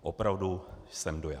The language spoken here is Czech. Opravdu, jsem dojat.